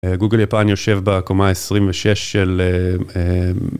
גוגל יפן יושב בעקומה ה-26 של...